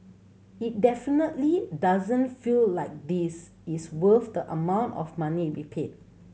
it definitely doesn't feel like this is worth the amount of money we paid